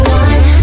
one